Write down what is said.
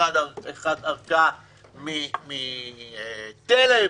אחת ערקה מתל"ם